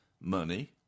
money